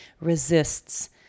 resists